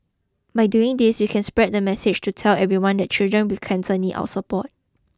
by doing this we can spread the message to tell everyone that children with cancer need our support